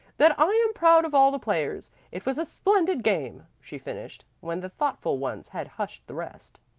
that i am proud of all the players. it was a splendid game, she finished, when the thoughtful ones had hushed the rest.